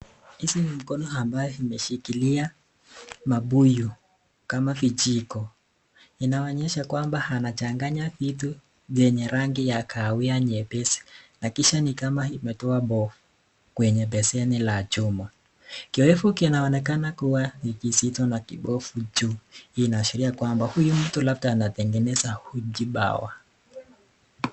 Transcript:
Hizi ni mikono ambayo imeshikilia mabuyu kama vijiko, inaonyesha kwamba anachanganya vitu vyenye rangi ya kahawia nyepesi na kisha ni kama imetoa pofu kwenye beseni la chuma. Kiyowevu kinaonekana kuwa ni kizito na kipofu juu inaashiria kwamba huyu mtu labda anatengeneza Uji Pawa.